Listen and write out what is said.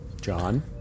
John